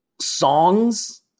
songs